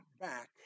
back